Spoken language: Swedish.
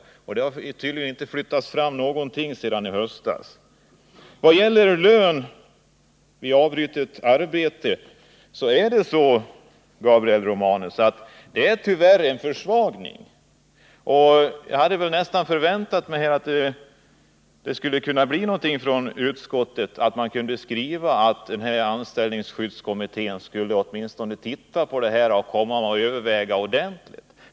Positionerna har tydligen inte flyttats fram det minsta sedan i höstas. I vad gäller frågan om lön vid avbrytande av arbete har det tyvärr, Gabriel Nr 122 Romanus, skett en försvagning. Jag hade nästan förväntat mig någon form av Onsdagen den skrivning från utskottet, innebärande att skyddskommittén åtminstone 16 april 1980 skulle få i uppdrag att ta upp denna fråga till ordentligt övervägande.